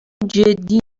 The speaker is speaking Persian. جدی